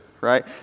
right